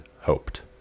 hoped